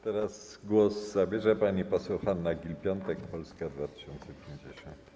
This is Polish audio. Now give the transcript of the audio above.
Teraz głos zabierze pani poseł Hanna Gill-Piątek, Polska 2050.